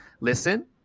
Listen